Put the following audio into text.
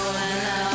hello